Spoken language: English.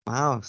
Wow